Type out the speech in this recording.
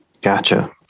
Gotcha